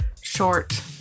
short